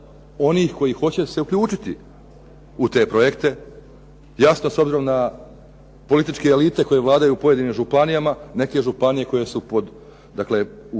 onih koji se hoće uključiti u te projekte. Jasno s obzirom na političke elite koje vladaju pojedinim županijama, neke županije koje imaju izvršnu